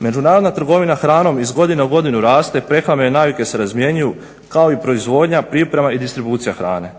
Međunarodna trgovina hranom iz godine u godinu raste, prehrambene navike se razmjenjuju kao i proizvodnja, priprema i distribucija hrane.